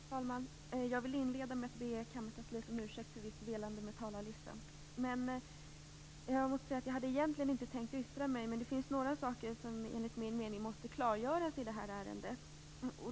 Fru talman! Jag vill inleda med att be kammarkansliet om ursäkt för visst velande med talarlistan. Jag hade egentligen inte tänkt yttra mig, men det finns några saker som enligt min mening måste klargöras i det här ärendet.